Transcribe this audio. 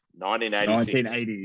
1986